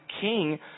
king